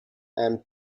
and